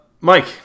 mike